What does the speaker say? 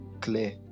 clear